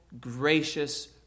Gracious